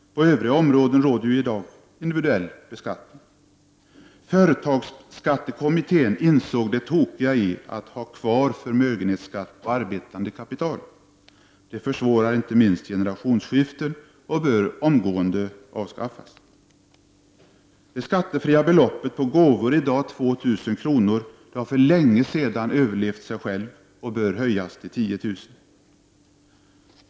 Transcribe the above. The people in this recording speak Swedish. På övriga områden råder ju i dag individuell beskattning. Företagsskattekommittén insåg det tokiga i att ha kvar förmögenhetsskatt på arbetande kapital. Det försvårar inte minst generationsskiften och bör omgående avskaffas. Det skattefria beloppet för gåvor på i dag 2 000 kr. har för länge sedan överlevt sig självt och bör höjas till 10 000 kr.